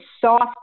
soft